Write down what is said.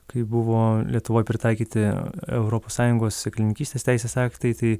kai buvo lietuvoj pritaikyti europos sąjungos sėklininkystės teisės aktai tai